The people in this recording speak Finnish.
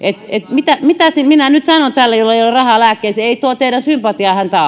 mitä mitä minä nyt sanon tälle jolla ei ole rahaa lääkkeisiin ei tuo teidän sympatianne häntä